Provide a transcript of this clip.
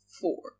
four